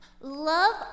Love